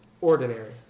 ordinary